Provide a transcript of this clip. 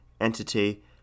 entity